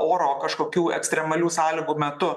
oro kažkokių ekstremalių sąlygų metu